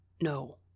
No